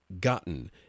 gotten